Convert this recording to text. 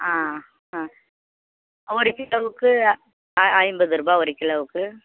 ஆ ஆ ஒரு கிலோவுக்கு ஐ ஐம்பது ரூபாய் ஒரு கிலோவுக்கு